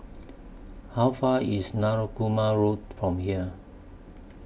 How Far away IS Narooma Road from here